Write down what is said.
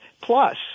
plus